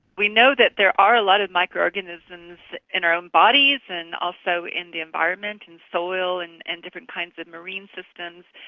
we know that there are a lot of microorganisms in our own bodies and also in the environment, in soil and and different kinds of marine systems,